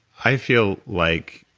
i feel like,